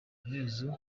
amaherezo